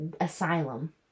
Asylum